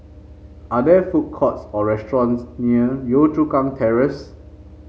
are there food courts or restaurants near Yio Chu Kang Terrace